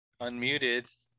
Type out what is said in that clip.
unmuted